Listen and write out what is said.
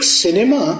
cinema